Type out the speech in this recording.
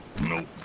Nope